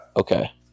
Okay